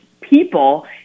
people